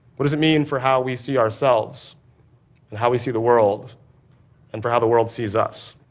what does it mean for how we see ourselves and how we see the world and for how the world sees us?